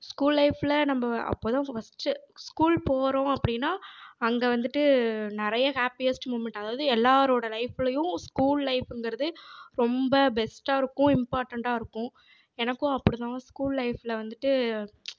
school லைஃப்ல நம்ம அப்போது தான் ஃபஸ்ட் ஸ்கூல் போகிறோம் அப்படின்னா அங்கே வந்துட்டு நிறைய ஹேப்பியஸ்ட் மூமண்ட் அதாவது எல்லாரோட லைஃப்லையும் ஸ்கூல் லைஃபுங்குறது ரொம்ப பெஸ்ட்டாக இருக்கும் இம்பார்ட்டண்ட்டாக இருக்கும் எனக்கும் அப்படி தான் ஸ்கூல் லைஃப்ல வந்துட்டு